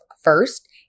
first